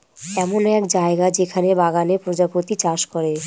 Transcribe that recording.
এমন এক জায়গা যেখানে বাগানে প্রজাপতি চাষ করে